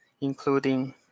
including